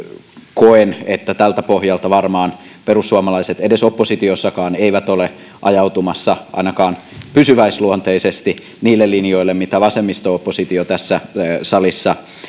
koen että tältä pohjalta perussuomalaiset edes oppositiossa eivät varmaan ole ajautumassa ainakaan pysyväisluonteisesti niille linjoille mitä vasemmisto oppositio tässä salissa